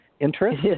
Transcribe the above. interest